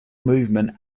movement